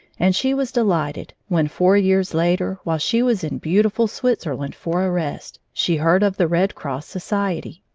and she was delighted when, four years later, while she was in beautiful switzerland for a rest, she heard of the red cross society.